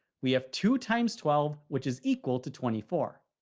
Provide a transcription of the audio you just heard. we have two times twelve. which is equal to twenty four.